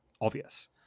obvious